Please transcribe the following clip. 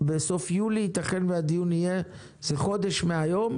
ייתכן והדיון יהיה בעוד חודש מהיום.